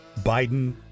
Biden